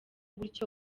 gutyo